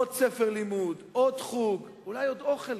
עוד ספר לימוד, עוד חוג, אולי גם עוד אוכל.